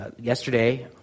Yesterday